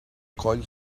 coll